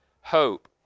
hope